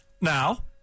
Now